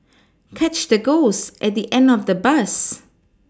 catch the ghost at the end of the bus